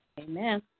Amen